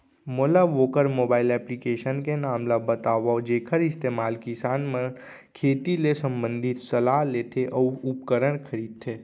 मोला वोकर mobile application के नाम ल बतावव जेखर इस्तेमाल किसान मन खेती ले संबंधित सलाह लेथे अऊ उपकरण खरीदथे?